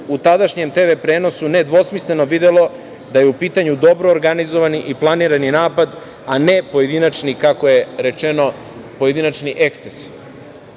u tadašnjem TV prenosu nedvosmisleno videlo da je u pitanju dobro organizovan i planirani napad, a ne pojedinačni, kako je rečeno, pojedinačni eksces. Ovo